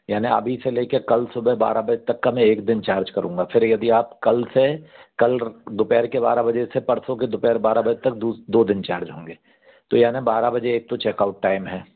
यानी अभी से ले कर कल सुबह बारह बजे तक का में एक दिन चार्ज करूँगा फिर यदि आप कल से कल दोपहर के बारह बजे से परसों के दोपहर बारह बजे तक दू दो दिन चार्ज होंगें तो यानी बारह बजे एक तो चेकऑउट टाइम है